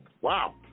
Wow